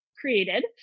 created